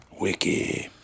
Wiki